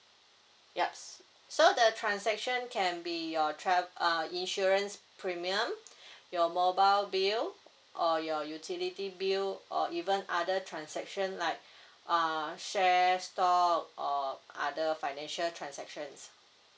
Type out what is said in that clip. yup s~ so the transaction can be your tra~ uh insurance premium your mobile bill or your utility bill or even other transaction like uh share stock or other financial transactions